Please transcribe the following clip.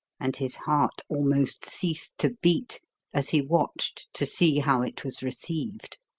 and his heart almost ceased to beat as he watched to see how it was received.